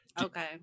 Okay